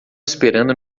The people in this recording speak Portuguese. esperando